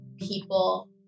people